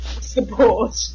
support